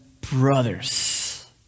brothers